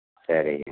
சரிங்க